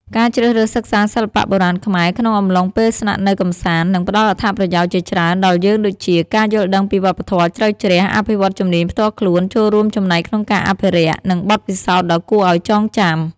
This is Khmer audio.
ការជ្រើសរើសសិក្សាសិល្បៈបុរាណខ្មែរក្នុងអំឡុងពេលស្នាក់នៅកម្សាន្ត នឹងផ្ដល់អត្ថប្រយោជន៍ជាច្រើនដល់យើងដូចជា ការយល់ដឹងពីវប្បធម៌ជ្រៅជ្រះ អភិវឌ្ឍជំនាញផ្ទាល់ខ្លួន ចូលរួមចំណែកក្នុងការអភិរក្ស និងបទពិសោធន៍ដ៏គួរឱ្យចងចាំ។